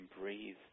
breathe